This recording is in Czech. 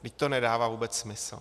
Vždyť to nedává vůbec smysl.